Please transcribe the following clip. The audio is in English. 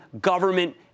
government